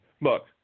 Look